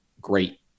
great